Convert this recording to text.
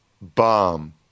bomb